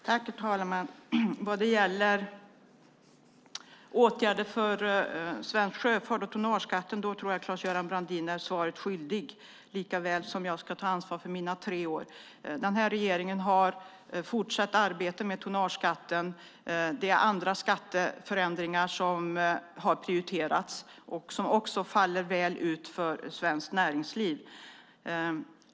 Herr talman! Vad det gäller åtgärder för svensk sjöfart och tonnageskatten tror jag att Claes-Göran Brandin är svaret skyldig likaväl som jag ska ta ansvar för mina tre år. Den här regeringen har fortsatt arbetet med tonnageskatten. Det är andra skatteförändringar som har prioriterats och som också faller väl ut för svenskt näringsliv.